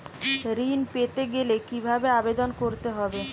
ঋণ পেতে গেলে কিভাবে আবেদন করতে হবে?